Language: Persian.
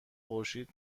خورشید